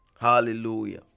Hallelujah